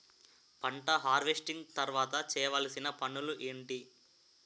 పంట హార్వెస్టింగ్ తర్వాత చేయవలసిన పనులు ఏంటి?